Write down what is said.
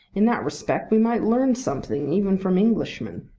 in that respect we might learn something even from englishmen.